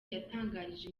yatangarije